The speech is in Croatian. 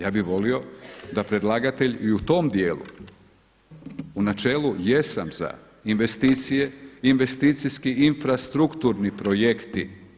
Ja bih volio da predlagatelj i u tom dijelu, u načelu jesam za investicije, investicijski infrastrukturni projekti.